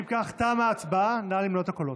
אם כך, תמה ההצבעה, נא למנות את הקולות.